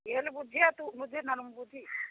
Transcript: ଯିଏ ଗଲେ ବୁଝିଆ ତୁ ବୁଝି ନହେଲେ ମୁଁ ବୁଝି